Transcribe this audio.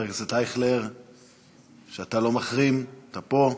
חבר הכנסת אייכלר, אתה לא מחרים, אתה פה.